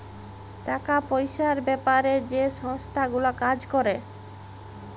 টাকা পয়সার বেপারে যে সংস্থা গুলা কাজ ক্যরে